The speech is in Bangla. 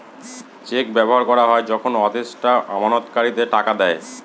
চেক ব্যবহার করা হয় যখন আদেষ্টা আমানতকারীদের টাকা দেয়